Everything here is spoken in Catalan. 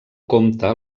compte